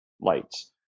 lights